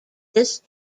this